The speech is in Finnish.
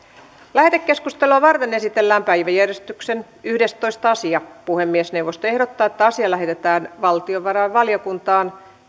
lähetekeskustelua varten esitellään päiväjärjestyksen yhdestoista asia puhemiesneuvosto ehdottaa että asia lähetetään valtiovarainvaliokuntaan